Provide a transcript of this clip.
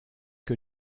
que